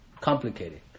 complicated